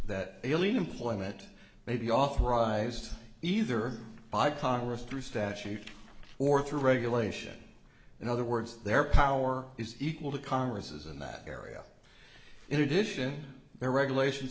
that alien employment may be authorized either by congress through statute or through regulation in other words their power is equal to congress as in that area in addition their regulations